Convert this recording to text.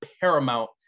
paramount